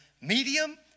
medium